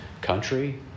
country